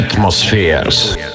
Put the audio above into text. atmospheres